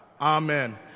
Amen